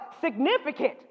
significant